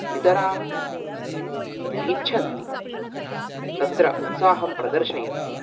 नितराम् इच्छन्ति तत्र उत्साहं प्रदर्शयन्ति